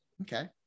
okay